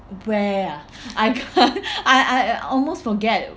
where ah I can't I I almost forget